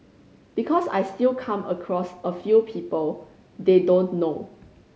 because I still come across a few people they don't know